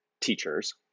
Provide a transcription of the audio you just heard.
teachers